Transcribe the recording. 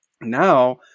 now